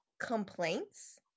Complaints